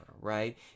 right